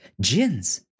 gins